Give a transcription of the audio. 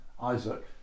Isaac